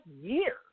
year